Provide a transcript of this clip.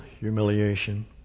humiliation